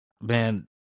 Man